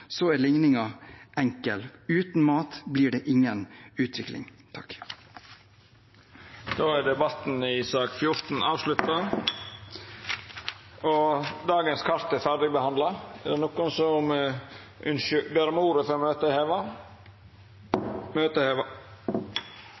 er likningen enkel – uten mat blir det ingen utvikling. Interpellasjonsdebatten i sak nr. 14 er då avslutta. Dermed er dagens kart ferdig behandla. Ber nokon om ordet før møtet vert heva? – Møtet er heva.